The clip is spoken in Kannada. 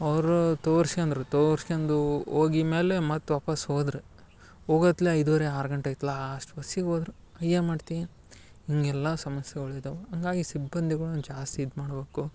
ಅವ್ರು ತೋರ್ಸಿ ಅಂದ್ರು ತೋರ್ಸ್ಕ್ಯಂದು ಓಗಿ ಮ್ಯಾಲೆ ಮತ್ ವಾಪಸ್ ಹೋದ್ರ್ ಓಗತ್ಲೆ ಐದುವರೆ ಆರ್ ಗಂಟೆ ಐತ್ ಲಾಷ್ಟ್ ಬಸ್ಸಿಗ್ ಓದ್ರು ಏನ್ ಮಾಡ್ತಿ ಹಿಂಗೆಲ್ಲಾ ಸಮಸ್ಯೆಗಳಿದವ್ ಅಂಗಾಗಿ ಸಿಬ್ಬಂದಿಗಳನ್ ಜಾಸ್ತಿ ಇದ್ ಮಾಡ್ಬಕು